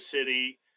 city